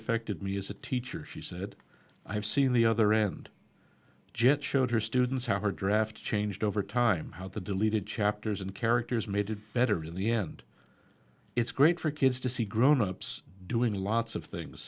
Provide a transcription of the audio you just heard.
affected me as a teacher she said i've seen the other end jet showed her students how her draft changed over time how the deleted chapters and characters made to better in the end it's great for kids to see grown ups doing lots of things